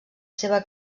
seva